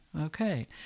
Okay